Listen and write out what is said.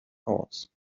powers